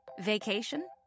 Vacation